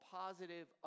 positive